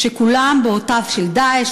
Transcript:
של "דאעש",